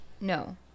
no